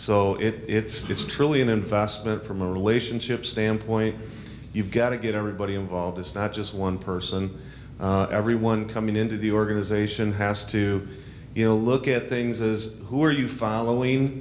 so it it's truly an investment from a relationship standpoint you've got to get everybody involved it's not just one person everyone coming into the organization has to be a look at things as who are you following